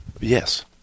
Yes